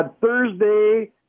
Thursday